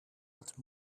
had